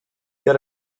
yet